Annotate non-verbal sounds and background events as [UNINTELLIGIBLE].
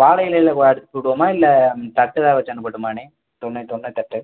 வாழை இலையில் அனுப்புச்சுவிடனுமா இல்லை தட்டு எதாது வச்சி அனுப்பட்டுமான்ணே இப்போ [UNINTELLIGIBLE] தட்டு